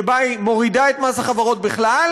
שבו היא מורידה את מס החברות בכלל,